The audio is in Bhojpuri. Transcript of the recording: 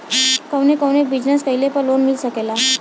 कवने कवने बिजनेस कइले पर लोन मिल सकेला?